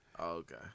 Okay